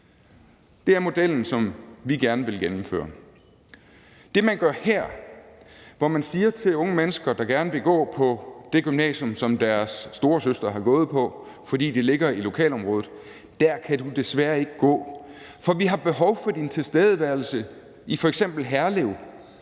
Det er modellen, som vi gerne vil gennemføre. Det, som man gør her, er, at man siger til unge mennesker, der gerne vil gå på det gymnasium, som deres storesøster har gået på, fordi det ligger i lokalområdet, at der kan du desværre ikke gå, for vi har behov for din tilstedeværelse i f.eks. Herlev,